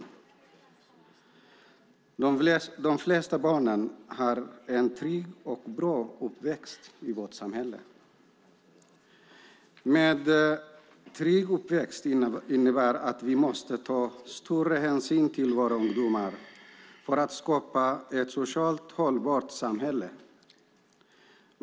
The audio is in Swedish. I vårt samhälle har de flesta barn en trygg och bra uppväxt. En trygg uppväxt innebär att vi måste ta större hänsyn till våra ungdomar för att skapa ett socialt hållbart samhälle.